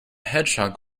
hedgehog